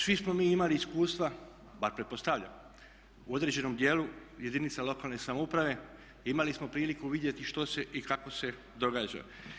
Svi smo mi imali iskustva, bar pretpostavljam u određenom dijelu jedinica lokalne samouprave, imali smo priliku vidjeti što se i kako se događa.